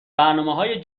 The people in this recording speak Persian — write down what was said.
برنامههای